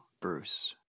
Bruce